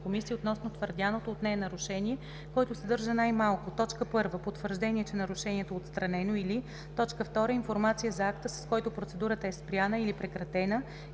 комисия относно твърдяното от нея нарушение, който съдържа най-малко: 1. потвърждение, че нарушението е отстранено, или 2. информация за акта, с който процедурата е спряна или прекратена,